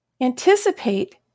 Anticipate